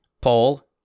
Paul